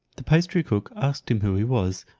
the pastry-cook asked him who he was,